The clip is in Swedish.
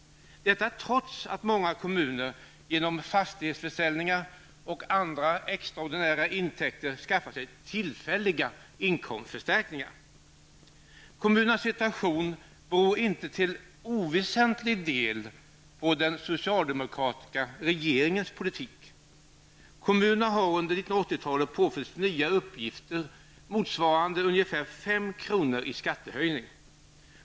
Detta sker trots att många kommuner genom fastighetsförsäljningar och andra extraordinära intäkter skaffar sig tillfälliga inkomstförstärkningar. Kommunernas situation beror inte till oväsentlig del på den socialdemokratiska regeringens politik. Kommunerna har under 1980-talet påförts nya uppgifter motsvarande ungefär 5 kronor i skattehöjning.